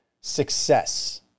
success